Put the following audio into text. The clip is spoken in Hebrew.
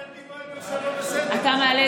הסתכלתי פה אם יש משהו לא בסדר, אתה מעלה את החוק.